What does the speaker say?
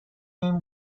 این